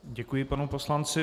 Děkuji panu poslanci.